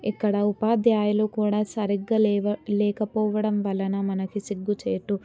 ఇక్కడ ఉపాధ్యాయులు కూడా సరిగ్గా లేవ లేకపోవడం వలన మనకి సిగ్గుచేటు